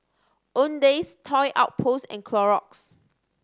Owndays Toy Outpost and Clorox